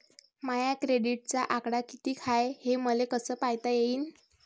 माया क्रेडिटचा आकडा कितीक हाय हे मले कस पायता येईन?